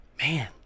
Man